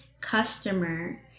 customer